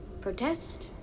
Protest